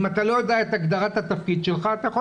אם אתה לא יודע את הגדרת התפקיד שלך אתה יכול